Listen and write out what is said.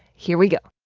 here we go